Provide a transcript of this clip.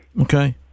Okay